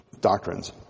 doctrines